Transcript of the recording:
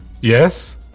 Yes